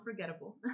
unforgettable